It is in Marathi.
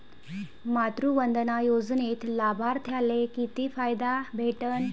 मातृवंदना योजनेत लाभार्थ्याले किती फायदा भेटन?